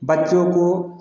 बच्चों को